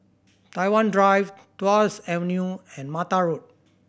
Tai Hwan Drive Tuas Avenue and Mata Road